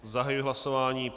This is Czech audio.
Zahajuji hlasování.